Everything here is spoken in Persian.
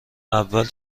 اول